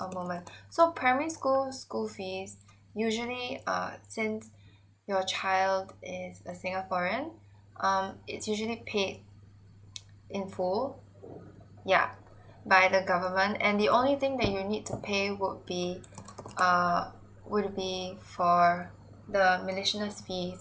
a moment so primary school school fees usually err since your child is a singaporean um it's usually paid in full yeah by the government and the only thing that you need to pay would be called err would be for the miscellaneous fees